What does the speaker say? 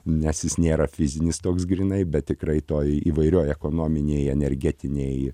nes jis nėra fizinis toks grynai bet tikrai toj įvairioj ekonominėj energetinėj